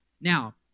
Now